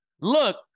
Look